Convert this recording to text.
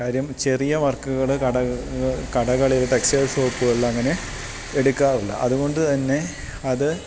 കാര്യം ചെറിയ വർക്കുകൾ കടകളിൽ ടെക്സ്റ്റൈൽ ഷോപ്പുകളിൽ അങ്ങനെ എടുക്കാറില്ല അതുകൊണ്ട് തന്നെ അത്